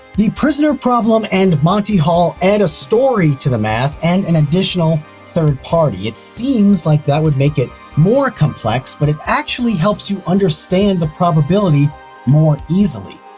the prisoner problem and monty hall add a story to the math and an additional third party. it seems like that would make it more complex, but it actually helps you understand the probability more easily.